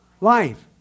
life